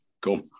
cool